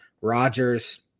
Rodgers